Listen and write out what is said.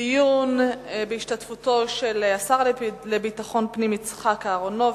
דיון בהשתתפותו של השר לביטחון הפנים יצחק אהרונוביץ.